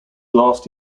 last